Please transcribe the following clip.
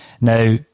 Now